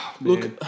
Look